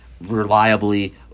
reliably